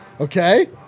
Okay